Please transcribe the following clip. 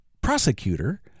prosecutor